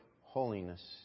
holiness